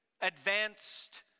advanced